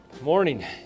morning